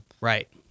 Right